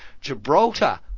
Gibraltar